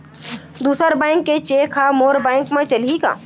दूसर बैंक के चेक ह मोर बैंक म चलही का?